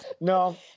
No